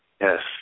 Yes